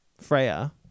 Freya